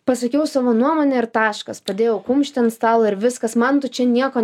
pasakiau savo nuomonę ir taškas padėjau kumštį ant stalo ir viskas man tu čia nieko